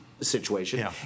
situation